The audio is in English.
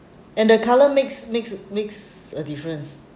and the colour makes makes makes a difference